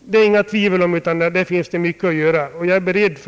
Det råder inget tvivel om att här finns mycket att göra, och jag är beredd